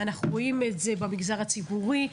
אנחנו רואים את זה במגזר הציבורי.